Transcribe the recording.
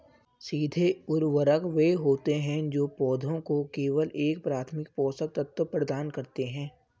सीधे उर्वरक वे होते हैं जो पौधों को केवल एक प्राथमिक पोषक तत्व प्रदान करते हैं